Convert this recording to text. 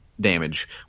damage